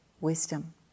Wisdom